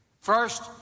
First